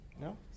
No